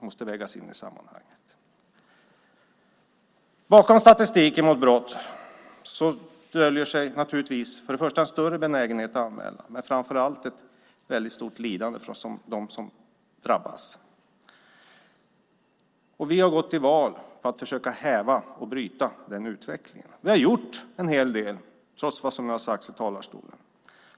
Det måste vägas in i sammanhanget. Bakom brottsstatistiken döljer sig en större benägenhet att anmäla och framför allt ett väldigt stort lidande hos dem som drabbas. Vi har gått till val på att försöka bryta den utvecklingen. Vi har gjort en hel del, trots vad som har sagts i talarstolen.